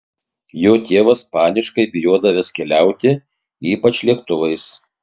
jo tėvas paniškai bijodavęs keliauti ypač lėktuvais